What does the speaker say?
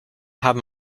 haben